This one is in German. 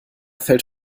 fällt